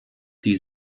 die